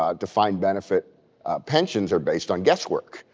um defined benefit pensions are based on guesswork.